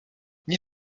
nie